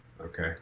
okay